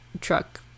truck